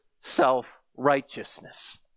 self-righteousness